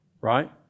right